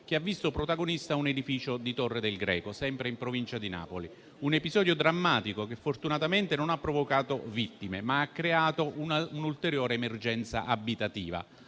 che ha visto protagonista un edificio di Torre del Greco, sempre in provincia di Napoli: un episodio drammatico, che fortunatamente non ha provocato vittime, ma ha creato un'ulteriore emergenza abitativa.